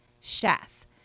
Chef